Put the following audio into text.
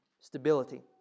Stability